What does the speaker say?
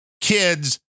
kids